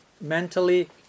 mentally